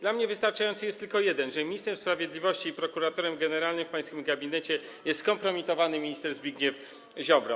Dla mnie wystarczający jest tylko jeden, to, że ministrem sprawiedliwości i prokuratorem generalnym w pańskim gabinecie jest skompromitowany minister Zbigniew Ziobro.